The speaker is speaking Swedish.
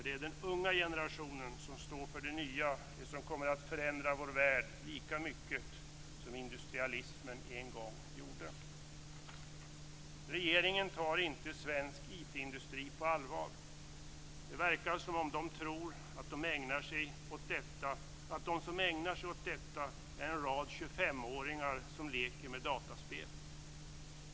Det är den unga generationen som står för det nya, det som kommer att förändra vår värld lika mycket som industrialismen en gång gjorde. Det verkar som om den tror att de som ägnar sig åt detta är en rad 25-åringar som leker med dataspel.